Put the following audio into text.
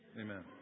Amen